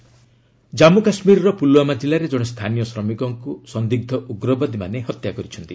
J and K killing Jammu କାଶ୍ମୀରର ପୁଲଓ୍ବାମା ଜିଲ୍ଲାରେ ଜଣେ ସ୍ଥାନୀୟ ଶ୍ରମିକକୁ ସନ୍ଦିଗ୍ର ଉଗ୍ରବାଦୀମାନେ ହତ୍ୟା କରିଛନ୍ତି